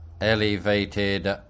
elevated